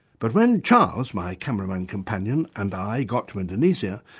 but when charles, my cameraman companion, and i got to indonesia,